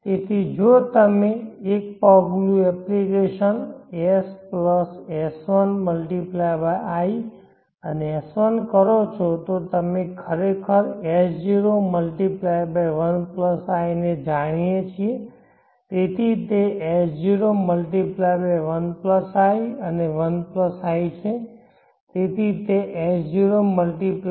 તેથી જો તમે એક પગલું એપ્લિકેશનS1S1×i અને S1 કરો છો તો અમે ખરેખર S0×1i ને જાણીએ છીએ તેથી તે S0×1i અને 1i છે તેથી તે S0×1i2